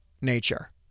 nature